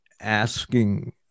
asking